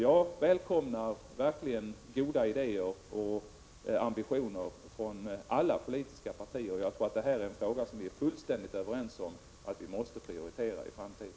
Jag välkomnar verkligen goda idéer och ambitioner från alla politiska partier. Vi är fullständigt överens om att detta är en fråga som vi måste prioritera i framtiden.